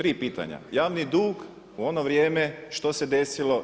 3 pitanja, javni dug, u ono vrijeme što se desilo?